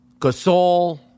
Gasol